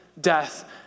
death